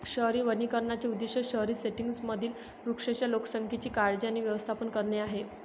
शहरी वनीकरणाचे उद्दीष्ट शहरी सेटिंग्जमधील वृक्षांच्या लोकसंख्येची काळजी आणि व्यवस्थापन करणे आहे